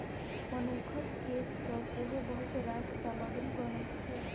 मनुखक केस सँ सेहो बहुत रास सामग्री बनैत छै